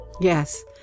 Yes